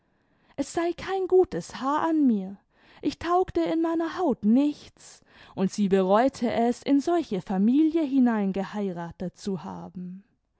es sei kein gutes haar an mir ich taugte in meiner haut nichts und sie bereute es in solche familie hineingeheiratet zu haben